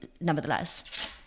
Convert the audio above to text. nevertheless